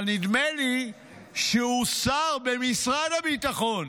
אבל נדמה לי שהוא שר במשרד הביטחון.